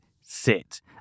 sit